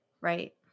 Right